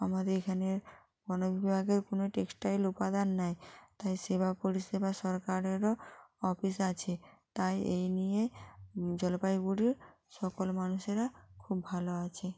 আমাদের এখানের বন বিভাগের কোনো টেক্সটাইল উপাদান নেই তাই সেবা পরিষেবা সরকারেরও অফিস আছে তাই এই নিয়ে জলপাইগুড়ির সকল মানুষেরা খুব ভালো আছে